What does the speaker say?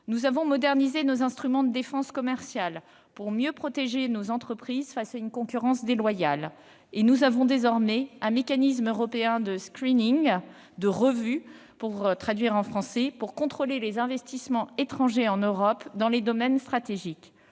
Nous avons modernisé nos instruments de défense commerciale pour mieux protéger nos entreprises face à une concurrence déloyale. Nous avons désormais un mécanisme européen de, ou de revue, pour contrôler les investissements étrangers en Europe dans les domaines stratégiques.